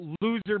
Loser